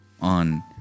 on